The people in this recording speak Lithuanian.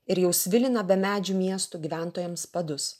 ir jau svilina be medžių miestų gyventojams padus